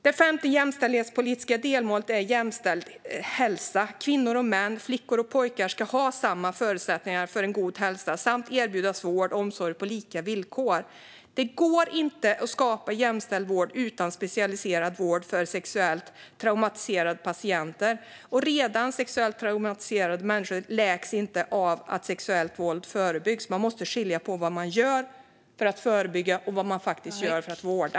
Det femte jämställdhetspolitiska delmålet är en jämställd hälsa. Kvinnor och män och flickor och pojkar ska ha samma förutsättningar för en god hälsa samt erbjudas vård och omsorg på lika villkor. Det går inte att skapa en jämställd vård utan specialiserad vård för sexuellt traumatiserade patienter. Människor som redan är sexuellt traumatiserade läks inte heller av att sexuellt våld förebyggs. Man måste skilja på vad som görs för att förebygga och vad som görs för att faktiskt vårda.